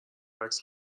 عکس